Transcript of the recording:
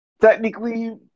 technically